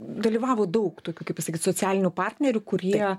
dalyvavo daug tokių kaip pasakyt socialinių partnerių kurie